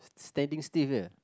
standing still where